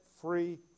free